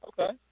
Okay